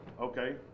okay